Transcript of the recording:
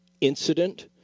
incident